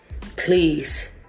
please